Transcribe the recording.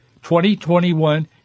2021